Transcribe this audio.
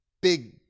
Big